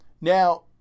Now